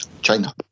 China